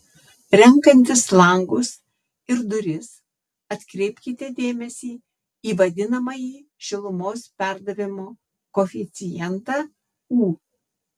renkantis langus ir duris atkreipkite dėmesį į vadinamąjį šilumos perdavimo koeficientą u